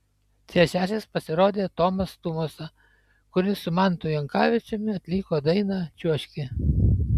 trečiasis pasirodė tomas tumosa kuris su mantu jankavičiumi atliko dainą čiuožki